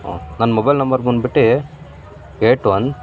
ಹ್ಞೂ ನನ್ನ mobile number ಬಂದ್ಬಿಟ್ಟು ಏಯ್ಟ್ ಒನ್